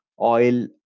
oil